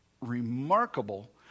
remarkable